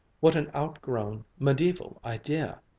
what an outgrown, mediaeval idea!